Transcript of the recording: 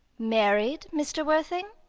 married, mr. worthing?